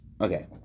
Okay